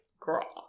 girl